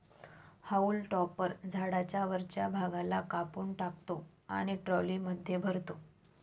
haulm topper झाडाच्या वरच्या भागाला कापून टाकतो आणि ट्रॉलीमध्ये भरतो